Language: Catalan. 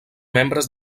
membres